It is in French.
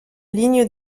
ligne